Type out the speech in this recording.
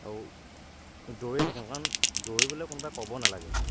আৰু দৌৰিয়ে থাকিম কাৰণ দৌৰিবলৈ কোনোবাই ক'ব নালাগে